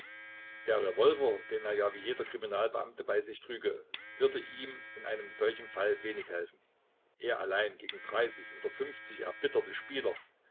der revolver den er ja wie jeder kriminalbeamte bei sich trüge würde ihm in einem solchen fall wenig helfen er allein gegen oder erbitterter spieler